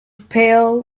pail